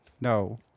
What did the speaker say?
No